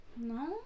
No